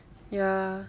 ya